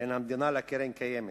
בין המדינה לקרן קיימת,